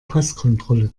passkontrolle